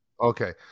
Okay